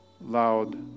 loud